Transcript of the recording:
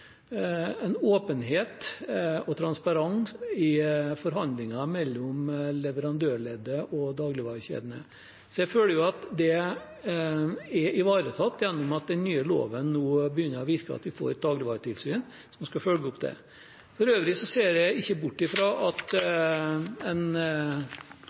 åpenhet og transparens i forhandlingene mellom leverandørleddet og dagligvarekjedene. Jeg føler at det er ivaretatt gjennom at den nye loven nå begynner å virke, og at vi får et dagligvaretilsyn som skal følge opp det. For øvrig ser jeg ikke bort fra at en